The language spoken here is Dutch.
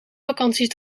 vakantie